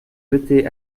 jetaient